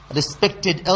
respected